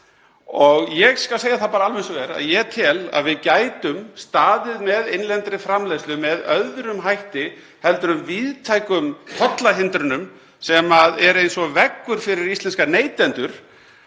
Ég skal bara segja það eins og er að ég tel að við gætum staðið með innlendri framleiðslu með öðrum hætti en víðtækum tollahindrunum sem eru eins og veggur fyrir íslenska neytendur,